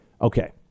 okay